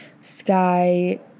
sky